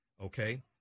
Okay